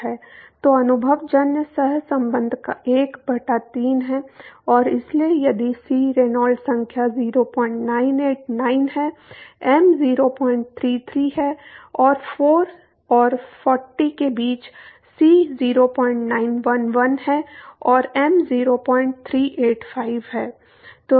तो अनुभवजन्य सहसंबंध एक बटा तीन है और इसलिए यदि C रेनॉल्ड्स संख्या 0989 है m 033 है और 4 और 40 के बीच C 0911 है और m 0385 है